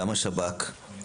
גם השב"כ,